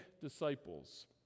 disciples